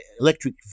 electric